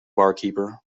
barkeeper